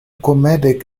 comedic